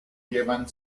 llevan